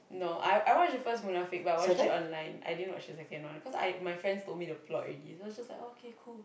no I I watch the first movie last week well I watch it online I din watch the second one cause I my friends told me the plot already so I just like okay cool